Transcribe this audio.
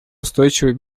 устойчивой